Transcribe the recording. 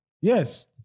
Yes